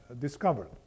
discovered